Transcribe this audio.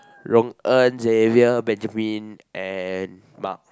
Rong En Xavier Benjamin and Mark